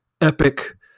epic